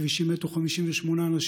בכבישים מתו 58 אנשים,